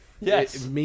Yes